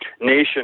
nation